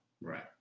Right